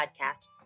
podcast